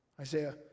Isaiah